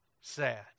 sad